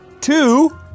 two